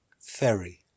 Ferry